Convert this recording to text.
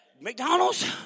McDonald's